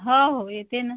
हो हो येते ना